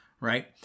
right